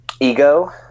ego